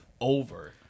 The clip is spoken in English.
over